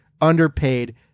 underpaid